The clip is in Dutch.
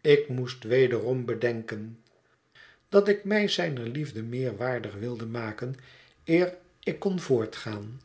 ik moest wederom bedenken dat ik mij zijner liefde meer waardig wilde maken eer ik kon voortgaan